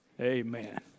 Amen